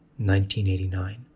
1989